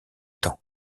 temps